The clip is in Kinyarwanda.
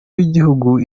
w’igihugu